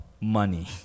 money